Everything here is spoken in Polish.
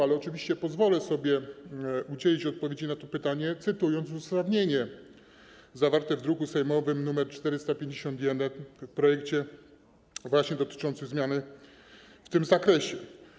Ale oczywiście pozwolę sobie udzielić odpowiedzi na to pytanie, cytując uzasadnienie zawarte w druku sejmowym nr 451, projekcie właśnie dotyczącym zmiany w tym zakresie.